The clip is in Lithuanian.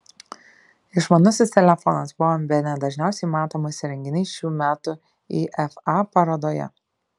išmanusis telefonas buvo bene dažniausiai matomas įrenginys šių metų ifa parodoje